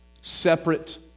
separate